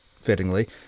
fittingly